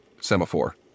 semaphore